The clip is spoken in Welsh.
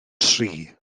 tri